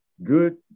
Good